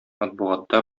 матбугатта